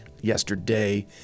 yesterday